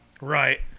Right